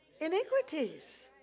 iniquities